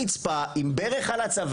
להזדהות ועד הרגע שהוא מקופל על הרצפה.